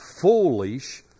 foolish